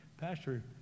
Pastor